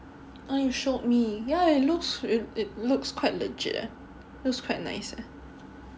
oh you showed me ya it looks it looks quite legit eh looks quite nice eh